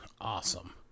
Awesome